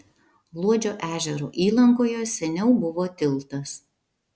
luodžio ežero įlankoje seniau buvo tiltas